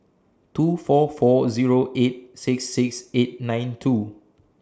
two four four Zero eight six six eight nine two